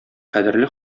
кадерле